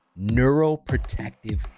neuroprotective